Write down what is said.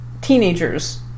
teenagers